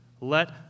Let